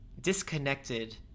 disconnected